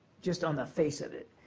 just on the face of it.